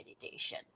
meditation